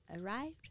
arrived